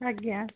ଆଜ୍ଞା